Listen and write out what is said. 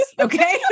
Okay